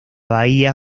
bahía